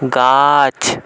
গাছ